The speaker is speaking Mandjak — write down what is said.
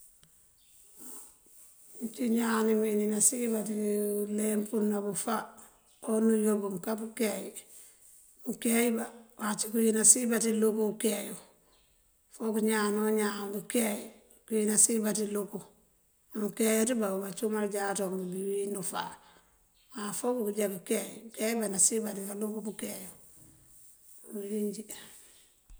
Mëncí ñaan ní wín ní nasiyën baţí leempu nabëfá á unú yob mënká pëkeey. Mëkeey bá wac këwín nasiyën baţí luku ukeeyu. Fok ñaan o ñaan mënkeey këwín nasiyën baţí luku. Mënkeeyaţ bá wul wí bacumal játoon bëbí wín ufaŋ. Má fok këjá këkeey mënkeey bá nasiyën baţí kaluku pëkeeyu ţí uwínjí.